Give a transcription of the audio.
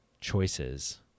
choices